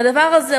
והדבר הזה,